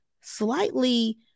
slightly